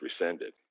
rescinded